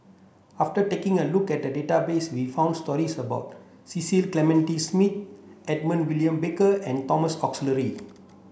after taking a look at the database we found stories about Cecil Clementi Smith Edmund William Barker and Thomas Oxley